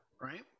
right